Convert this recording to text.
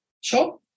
Sure